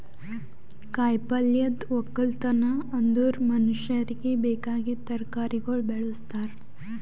ಕಾಯಿ ಪಲ್ಯದ್ ಒಕ್ಕಲತನ ಅಂದುರ್ ಮನುಷ್ಯರಿಗಿ ಬೇಕಾಗಿದ್ ತರಕಾರಿಗೊಳ್ ಬೆಳುಸ್ತಾರ್